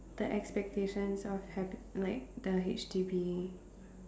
the expectations of having like the H_D_B